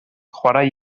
chwarae